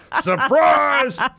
surprise